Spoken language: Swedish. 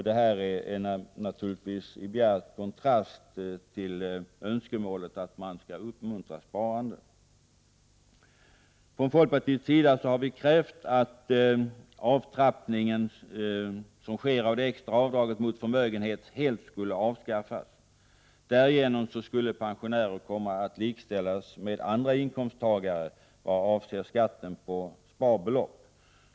Detta står naturligtvis i bjärt kontrast till önskemålet att i stället uppmuntra till sparande. 15 Vi i folkpartiet har krävt att den avtrappning som sker av det extra avdraget i förhållande till förmögenhet helt skall avskaffas. På det sättet skulle pensionärer komma att bli likställda med andra inkomsttagare vad avser skatten på sparbelopp.